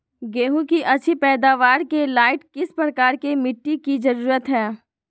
गेंहू की अच्छी पैदाबार के लाइट किस प्रकार की मिटटी की जरुरत है?